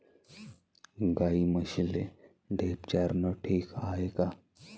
गाई म्हशीले ढेप चारनं ठीक हाये का?